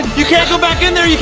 you can't go back in there.